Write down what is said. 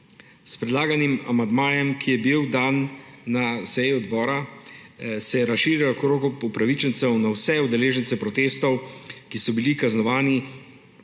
S predlaganim amandmajem, ki je bil dan na seji odbora, se je razširil krog upravičencev na vse udeležence protestov, ki so bili kaznovani